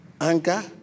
anger